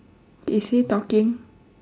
is he talking